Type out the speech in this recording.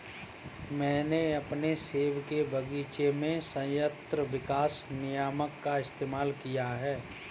मैंने अपने सेब के बगीचे में संयंत्र विकास नियामक का इस्तेमाल किया है